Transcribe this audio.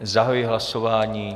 Zahajuji hlasování.